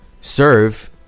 serve